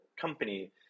company